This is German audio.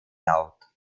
laut